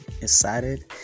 excited